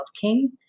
king